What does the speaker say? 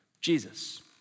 Jesus